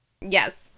Yes